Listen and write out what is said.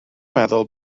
meddwl